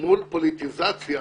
מול פוליטיזציה